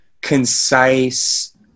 concise